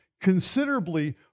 considerably